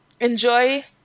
enjoy